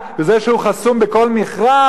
וזה שהוא חסום בכל מכרז,